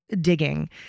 digging